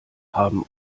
haben